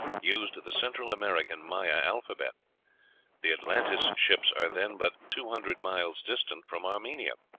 used the central american maya alphabet the atlantis ships are then but two hundred miles distant from armenia.